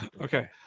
Okay